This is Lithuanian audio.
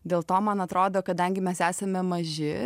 dėl to man atrodo kadangi mes esame maži